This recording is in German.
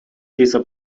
dieser